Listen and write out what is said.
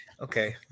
Okay